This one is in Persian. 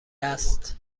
است